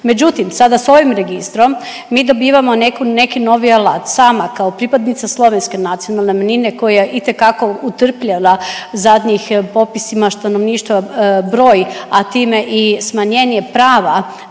Međutim, sada s ovim registrom mi dobivamo neku, neki novi alat. Sama kao pripadnica slovenske nacionalne manjine koja itekako utrpljela zadnjim popisima stanovništva broj, a time i smanjenje prava